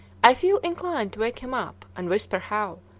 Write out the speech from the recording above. i feel inclined to wake him up, and whisper how,